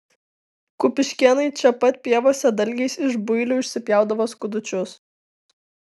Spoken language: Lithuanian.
kupiškėnai čia pat pievose dalgiais iš builių išsipjaudavo skudučius